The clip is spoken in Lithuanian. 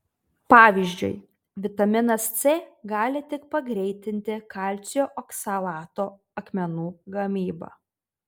pavyzdžiui vitaminas c gali tik pagreitinti kalcio oksalato akmenų gamybą